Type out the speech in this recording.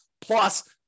plus